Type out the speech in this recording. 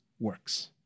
works